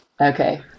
Okay